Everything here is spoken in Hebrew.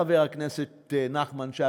חבר הכנסת נחמן שי,